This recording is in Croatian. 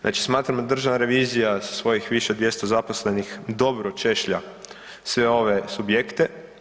Znači smatramo da Državna revizija sa svojih više od 200 zaposlenih, dobro češlja sve ove subjekte.